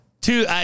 Two